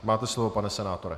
Máte slovo, pane senátore.